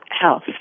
health